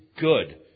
good